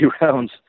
rounds